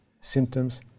symptoms